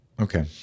Okay